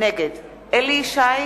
נגד אליהו ישי,